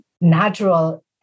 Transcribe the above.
natural